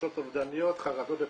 תחושות אובדניות חרדות ופרנויה.